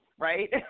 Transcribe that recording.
right